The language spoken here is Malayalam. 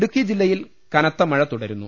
ഇടുക്കി ജില്ലയിൽ കനത്ത മഴ തുടരുന്നു